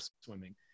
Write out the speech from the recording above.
swimming